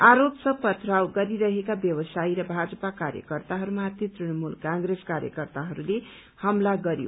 आरोप छ पथवारोध गरिरहेका व्यावसायी र भाजपा कार्यकर्ताहरूमाथि तृणमूल कंग्रेस कार्यकर्ताहरूले हमला गरयो